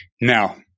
Now